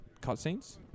cutscenes